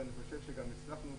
ואני חושב שהצלחנו,